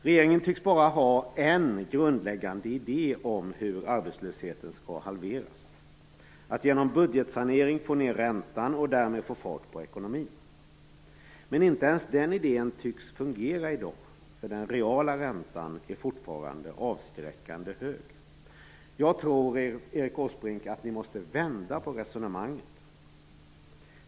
Regeringen tycks bara ha en grundläggande idé om hur arbetslösheten skall halveras: Att genom budgetsanering få ned räntan och därmed få fart på ekonomin. Men inte ens den idén tycks fungera i dag, för den reala räntan är fortfarande avskräckande hög. Jag tror, Erik Åsbrink, att ni måste vända på resonemanget.